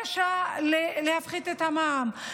הבקשה, רק להוריד את המע"מ.